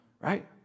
Right